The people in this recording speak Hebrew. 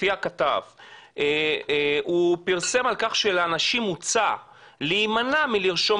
לפי הכתב הוא פרסם על כך שלאנשים הוצע להימנע מלרשום